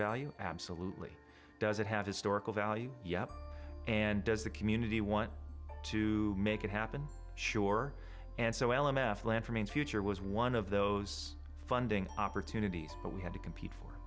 value absolutely does it have historical value and does the community want to make it happen sure and so l m f lanfear means future was one of those funding opportunities but we had to compete for